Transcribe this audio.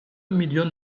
million